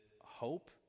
hope